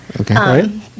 Okay